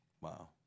Wow